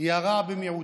היא הרע במיעוטו.